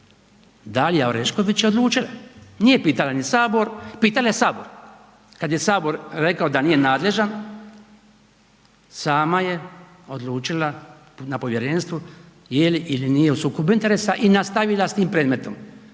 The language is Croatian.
Dalija Orešković je odlučila. Nije pitala ni Sabor. Pitala je Sabor, kad je Sabor rekao da nije nadležan sama je odlučila na povjerenstvu je li ili nije u sukobu interesa i nastavila sa tim predmetom.